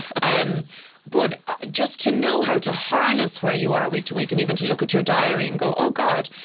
um but just to know how to harness where you are week to week and even to look at your diary and go, oh, god,